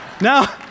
Now